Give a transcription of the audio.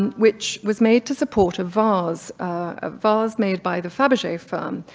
and which was made to support a vase, a vase made by the faberge firm,